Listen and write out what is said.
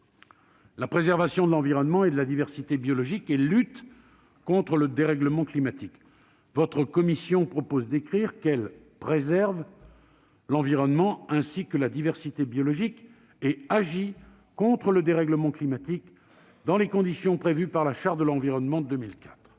la préservation de l'environnement et de la diversité biologique et lutte contre le dérèglement climatique ». Votre commission propose d'écrire qu'elle « préserve l'environnement ainsi que la diversité biologique et agit contre le dérèglement climatique, dans les conditions prévues par la Charte de l'environnement de 2004